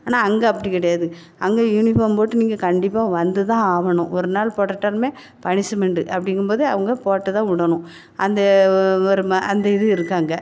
ஆனால் அங்கே அப்படி கிடயாது அங்கே யூனிஃபார்ம் போட்டு நீங்கள் கண்டிப்பாக வந்து தான் ஆகணும் ஒருநாள் போடாட்டாலுமே பனிஷ்மெண்ட்டு அப்படிங்கும்போது அவங்க போட்டு தான் விடணும் அந்த ஒரு ம அந்த இது இருக்கு அங்கே